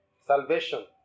salvation